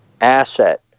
asset